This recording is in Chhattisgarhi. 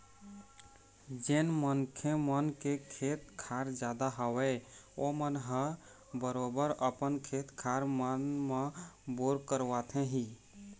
जेन मनखे मन के खेत खार जादा हवय ओमन ह बरोबर अपन खेत खार मन म बोर करवाथे ही